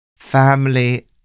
Family